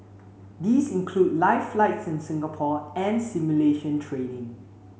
these include live flights in Singapore and simulation training